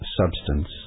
substance